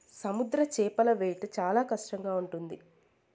సముద్ర చేపల వేట చాలా కష్టంగా ఉంటుంది